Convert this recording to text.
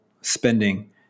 spending